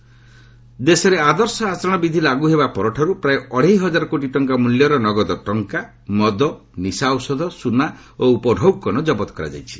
EC seized ଦେଶରେ ଆଦର୍ଶ ଆଚରଣ ବିଧି ଲାଗୁ ହେବା ପରଠାରୁ ପ୍ରାୟ ଅଢ଼େଇ ହଜାର କୋଟି ଟଙ୍କା ମୂଲ୍ୟର ନଗଦ ଟଙ୍କା ମଦ ନିଶା ଔଷଧ ସୁନା ଓ ଉପଢୌକନ ଜବତ କରାଯାଇଛି